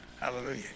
Hallelujah